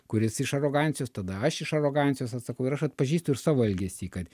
kuris iš arogancijos tada aš iš arogancijos atsakau ir aš atpažįstu ir savo elgesy kad